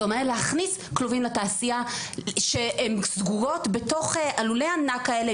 זה אומר להכניס כלובים לתעשייה כשהן סגורות בתוך לולי הענק האלה,